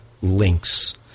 links